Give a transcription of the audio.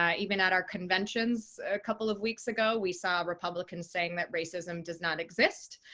yeah even at our conventions a couple of weeks ago we saw republicans saying that racism does not exist.